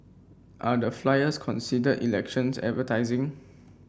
are the flyers considered elections advertising